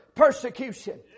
persecution